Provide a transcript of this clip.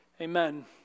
Amen